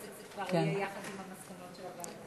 וזה יהיה יחד עם מסקנות הוועדה.